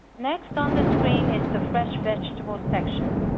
next on the screen is the fresh vegetables section.